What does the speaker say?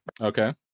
Okay